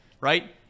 right